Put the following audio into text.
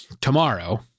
tomorrow